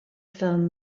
film